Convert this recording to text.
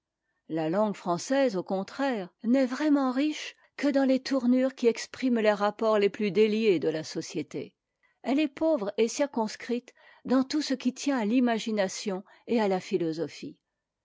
la langue française au contraire n'est vraiment riche que dans les tournures qui expriment les rapports les plus déliés de la société elle est pauvre et circonscrite dans tout ce qui tient à l'imagination et à la philosophie